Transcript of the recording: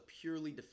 purely